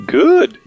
good